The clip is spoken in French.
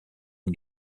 une